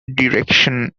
direction